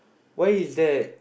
why is that